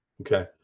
Okay